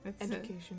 Education